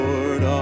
Lord